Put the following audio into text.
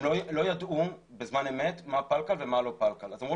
לא ידעו בזמן אמת מה פלקל ומה לא פלקל אז אמרו